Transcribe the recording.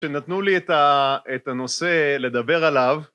שנתנו לי את הנושא לדבר עליו